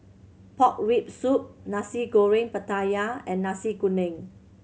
pork rib soup Nasi Goreng Pattaya and Nasi Kuning